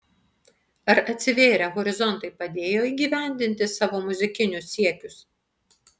ar atsivėrę horizontai padėjo įgyvendinti savo muzikinius siekius